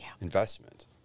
investment